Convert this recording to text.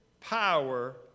power